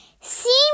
See